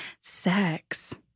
sex